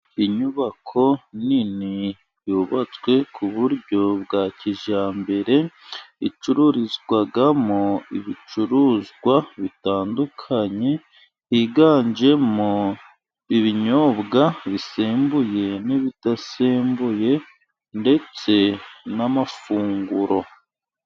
Inyubako nini yubatswe ku buryo bwa kijyambere, icururizwamo ibicuruzwa bitandukanye. Yiganjemo ibinyobwa bisembuye n'ibidasembuye, ndetse n'amafunguro.